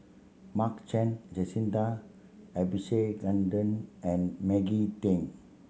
Mark Chan Jacintha Abisheganaden and Maggie Teng